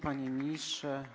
Panie Ministrze!